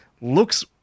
Looks